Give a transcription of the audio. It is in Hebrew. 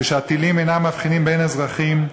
כשהטילים אינם מבחינים בין אזרחים,